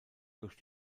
durch